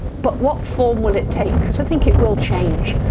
but what form will it take, because i think it will change.